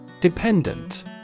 Dependent